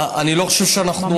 אני לא חושב שאנחנו,